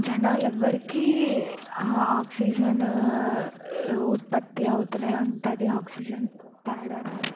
జనాాల ఎవ్వరికీ ఆక్సిజన్ ఉత్పత్తి అవుతూనే ఉంటుంది ఆక్సిజన్లో తేడా రాదు